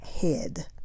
head